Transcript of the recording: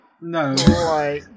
No